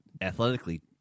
athletically